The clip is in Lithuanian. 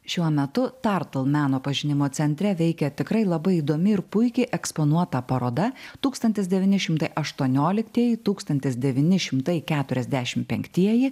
šiuo metu tartl meno pažinimo centre veikia tikrai labai įdomi ir puikiai eksponuota paroda tūkstantis devyni šimtai aštuonioliktieji tūkstantis devyni šimtai keturiasdešim penktieji